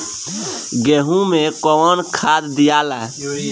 गेहूं मे कौन खाद दियाला?